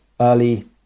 early